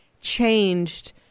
changed